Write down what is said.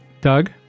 Doug